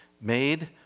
made